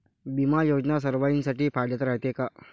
बिमा योजना सर्वाईसाठी फायद्याचं रायते का?